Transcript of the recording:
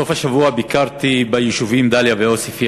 בסוף השבוע ביקרתי ביישובים דאליה ועוספיא